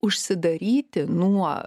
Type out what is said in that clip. užsidaryti nuo